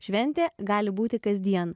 šventė gali būti kasdien